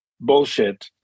bullshit